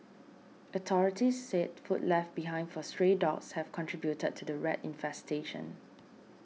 authorities said food left behind for stray dogs have contributed to the rat infestation